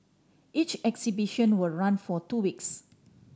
each exhibition will run for two weeks